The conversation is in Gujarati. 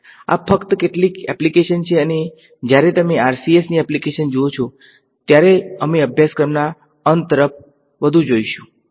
આ ફક્ત કેટલીક એપ્લીકેશન છે અને જ્યારે તમે RCS ની એપ્લીકેશન જુઓ ત્યારે અમે અભ્યાસક્રમના અંત તરફ વધુ જોઈશું